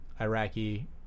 Iraqi